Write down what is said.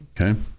Okay